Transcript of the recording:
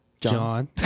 John